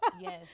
yes